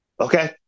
Okay